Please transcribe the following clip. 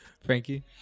Frankie